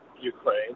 Ukraine